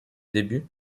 débuts